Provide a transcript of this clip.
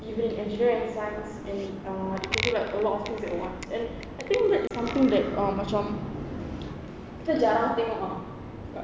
even in engineering and science and uh it can do like a lot of things at once and I think that's something that's um macam kita jarang tengok ah